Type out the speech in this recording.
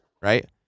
Right